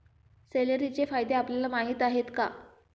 सेलेरीचे फायदे आपल्याला माहीत आहेत का?